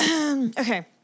Okay